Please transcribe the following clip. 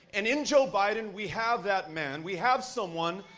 and in joe biden, we have that man. we have someone,